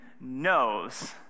knows